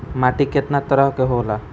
माटी केतना तरह के होला?